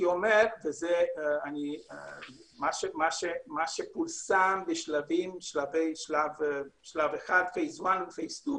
מה שפורסם בשלב 1 ובשלב 2,